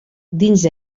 dins